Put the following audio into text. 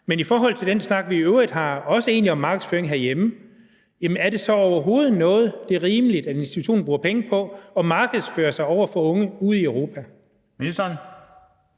Men i forhold til den snak, vi i øvrigt har, også om markedsføring herhjemme, er det så overhovedet noget, som det er rimeligt at en institution bruger penge på, altså at markedsføre sig over for unge ude i Europa?